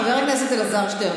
חבר הכנסת אלעזר שטרן,